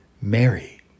Mary